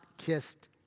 kissed